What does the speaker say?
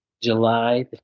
July